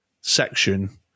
section